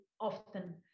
often